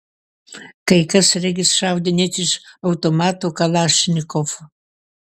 kai kas regis šaudė net iš automatų kalašnikov